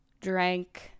drank